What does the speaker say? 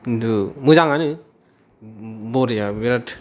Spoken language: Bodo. उनदु मोजांङानो बरिया बेराद